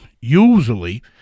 usually